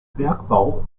bergbau